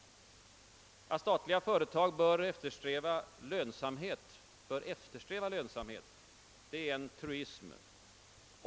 Att statliga företag bör eftersträva lönsamhet är en truism.